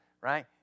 right